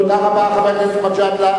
תודה רבה, חבר הכנסת מג'אדלה.